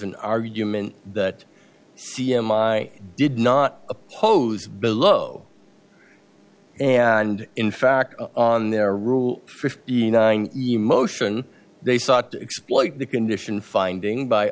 an argument that c m i did not oppose below and in fact on their rule fifty nine emotion they sought to exploit the condition finding by